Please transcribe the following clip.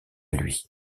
lui